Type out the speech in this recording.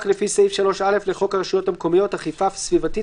3(א) לחוק הרשויות המקומיות (אכיפה סביבתית,